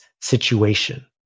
situation